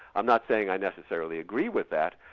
i am not saying i necessarily agree with that,